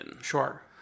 Sure